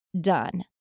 done